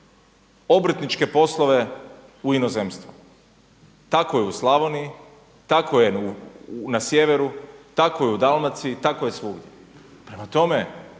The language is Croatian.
obrtničke poslove u inozemstvo. Tako je u Slavoniji, tako je na sjeveru, tako je u Dalmaciji, tako je svugdje. Prema tome,